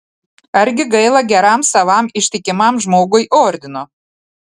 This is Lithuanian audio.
argi gaila geram savam ištikimam žmogui ordino